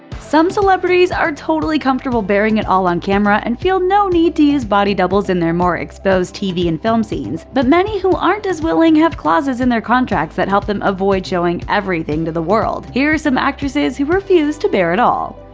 some celebrities are totally comfortable baring it all on camera and feel no need to use body doubles in their more exposed tv and film scenes. but many who aren't as willing have clauses in their contracts that help them avoid showing everything to the world. here are some actresses who refuse to bare it all.